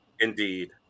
Indeed